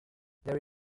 there